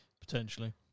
Potentially